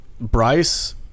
Bryce